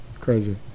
Crazy